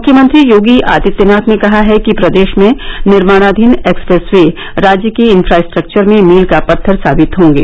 मुख्यमंत्री योगी आदित्यनाथ ने कहा है कि प्रदेश में निर्माणाधीन एक्सप्रेस वे राज्य के इन्फ्रास्ट्रक्वर में मील का पत्थर साबित होंगे